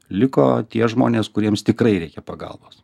liko tie žmonės kuriems tikrai reikia pagalbos